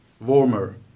warmer